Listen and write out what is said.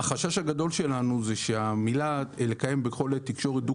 החשש הגדול שלנו הוא המילה "לקיים בכל עת תקשורת דו